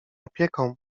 opieką